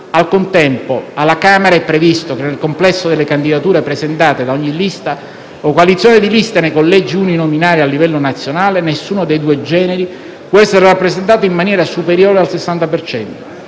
Al contempo, alla Camera è previsto che, nel complesso delle candidature presentate da ogni lista o coalizione di liste nei collegi uninominali a livello nazionale, nessuno dei due generi può essere rappresentato in misura superiore al 60